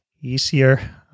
easier